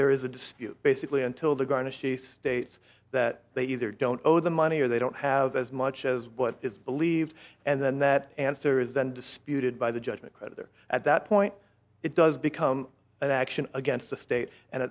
there is a dispute basically until the garnishee states that they either don't owe the money or they don't have as much as what is believed and then that answer is then disputed by the judgment creditor at that point it does become an action against the state and